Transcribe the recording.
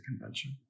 convention